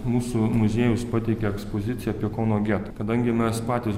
mūsų muziejus pateikė ekspoziciją apie kauno getą kadangi mes patys